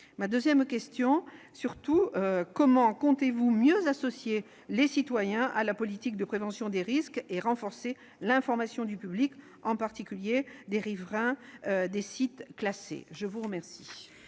cet objectif. Surtout, comment comptez-vous mieux associer les citoyens à la politique de prévention des risques et renforcer l'information du public, en particulier les riverains des sites classés ? La parole